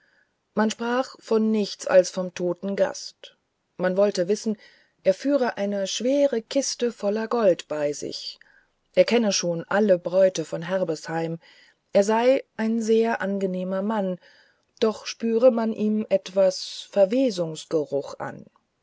man sprach von nichts als vom toten gaste man wollte wissen er führe eine schwere kiste voller gold bei sich er kenne schon alle bräute von herbesheim er sei ein sehr angenehmer mann doch spüre man ihm etwas verwesungsgeruch an